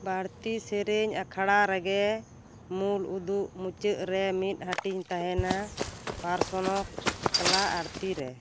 ᱵᱟᱹᱲᱛᱤ ᱥᱮᱨᱮᱧ ᱟᱠᱷᱟᱲᱟ ᱨᱮᱜᱮ ᱢᱩᱞ ᱩᱫᱩᱜ ᱢᱩᱪᱟᱹᱫ ᱨᱮ ᱢᱤᱫ ᱦᱟᱹᱴᱤᱧ ᱛᱟᱦᱮᱸᱱᱟ ᱯᱟᱨᱥᱚᱱᱚᱜ ᱮᱠᱞᱟ ᱟᱹᱲᱛᱤ ᱨᱮ